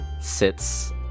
sits